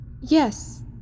Yes